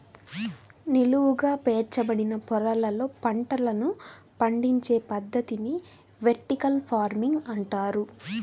నిలువుగా పేర్చబడిన పొరలలో పంటలను పండించే పద్ధతిని వెర్టికల్ ఫార్మింగ్ అంటారు